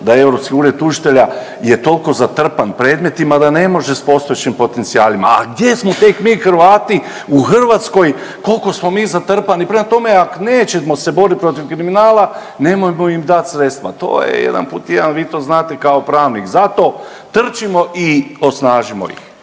ured tužitelja toliko zatrpan predmetima da ne može s postojećim potencijalima. A gdje smo tek mi Hrvati u Hrvatskoj koliko smo mi zatrpani? Prema tome, ako nećemo se boriti protiv kriminala nemojmo im dati sredstva. To je jedan puta jedan, vi to znate kao pravnik. Zato trčimo i osnažimo ih.